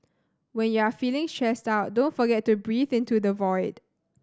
when you are feeling stressed out don't forget to breathe into the void